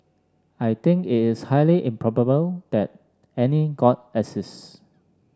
I think it is highly improbable that any god exists